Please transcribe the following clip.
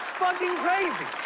fucking crazy!